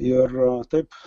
ir taip